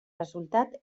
resultat